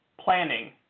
planning